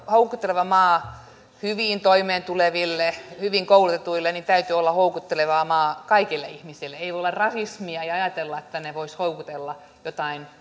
houkutteleva maa hyvin toimeentuleville hyvin koulutetuille niin täytyy olla houkutteleva maa kaikille ihmisille ei pidä olla rasismia eikä pidä ajatella että voisi houkutella joitain